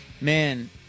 man